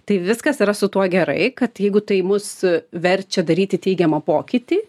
tai viskas yra su tuo gerai kad jeigu tai mus verčia daryti teigiamą pokytį